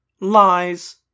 Lies